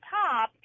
top